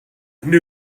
knew